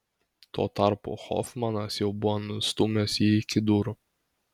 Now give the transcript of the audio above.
tuo tarpu hofmanas jau buvo nustūmęs jį iki durų